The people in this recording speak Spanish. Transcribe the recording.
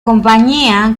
compañía